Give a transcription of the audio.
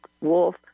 Wolf